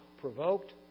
provoked